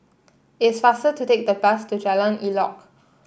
it's faster to take the bus to Jalan Elok